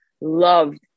loved